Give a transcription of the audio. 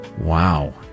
wow